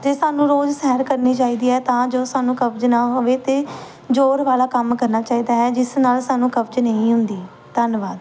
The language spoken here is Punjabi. ਅਤੇ ਸਾਨੂੰ ਰੋਜ਼ ਸੈਰ ਕਰਨੀ ਚਾਹੀਦੀ ਹੈ ਤਾਂ ਜੋ ਸਾਨੂੰ ਕਬਜ਼ ਨਾ ਹੋਵੇ ਅਤੇ ਜੋਰ ਵਾਲਾ ਕੰਮ ਕਰਨਾ ਚਾਹੀਦਾ ਹੈ ਜਿਸ ਨਾਲ ਸਾਨੂੰ ਕਬਜ਼ ਨਹੀਂ ਹੁੰਦੀ ਧੰਨਵਾਦ